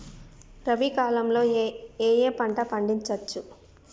రబీ కాలంలో ఏ ఏ పంట పండించచ్చు?